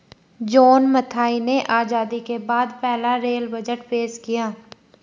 John Mathai ने आजादी के बाद पहला रेल बजट पेश किया